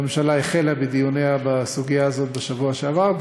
הממשלה החלה בדיוניה בסוגיה הזאת בשבוע שעבר,